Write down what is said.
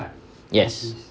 yes